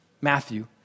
Matthew